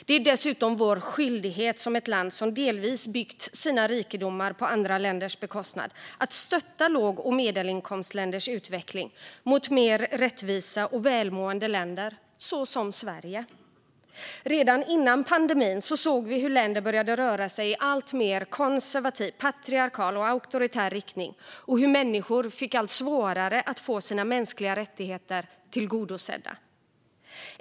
Det är dessutom vår skyldighet som ett land som delvis byggt sina rikedomar på andra länders bekostnad att stötta låg och medelinkomstländers utveckling mot mer rättvisa och välmående länder såsom Sverige. Redan före pandemin såg vi hur länder började röra sig i alltmer konservativ, patriarkal och auktoritär riktning och hur människor fick allt svårare att få sina mänskliga rättigheter tillgodosedda.